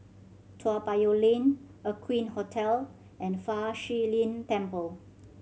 Toa Payoh Lane Aqueen Hotel and Fa Shi Lin Temple